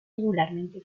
regularmente